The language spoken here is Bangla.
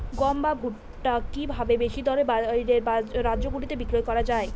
গম বা ভুট্ট কি ভাবে বেশি দরে বাইরের রাজ্যগুলিতে বিক্রয় করা য়ায়?